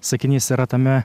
sakinys yra tame